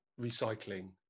recycling